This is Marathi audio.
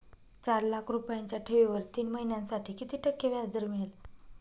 चार लाख रुपयांच्या ठेवीवर तीन महिन्यांसाठी किती टक्के व्याजदर मिळेल?